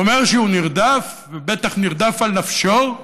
ואומר שהוא נרדף, ובטח נרדף על נפשו,